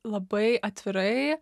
labai atvirai